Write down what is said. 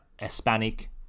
Hispanic